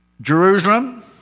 Jerusalem